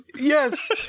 Yes